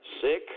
sick